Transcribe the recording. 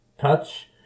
touch